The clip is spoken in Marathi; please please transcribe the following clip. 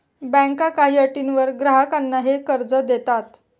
बँका काही अटींवर ग्राहकांना हे कर्ज देतात